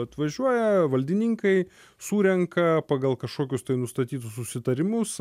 atvažiuoja valdininkai surenka pagal kažkokius tai nustatytus susitarimus